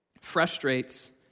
frustrates